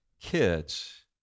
kids